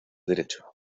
derecho